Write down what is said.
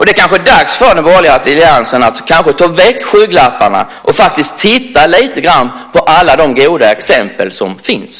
Det är kanske dags för den borgerliga alliansen att ta väck skygglapparna och titta lite grann på alla de goda exempel som finns.